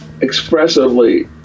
expressively